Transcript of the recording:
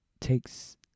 takes